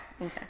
okay